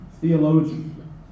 theologian